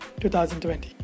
2020